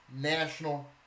national